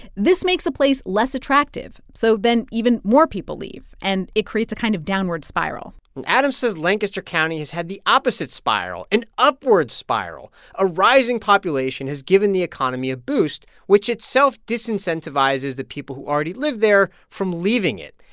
this makes a place less attractive. so then even more people leave, and it creates a kind of downward spiral adam says lancaster county has had the opposite spiral an upward spiral. a rising population has given the economy a boost, which itself disincentivizes the people who already live there from leaving it,